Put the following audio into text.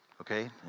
okay